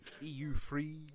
EU-free